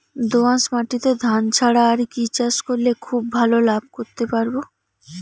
দোয়াস মাটিতে ধান ছাড়া আর কি চাষ করলে খুব ভাল লাভ করতে পারব?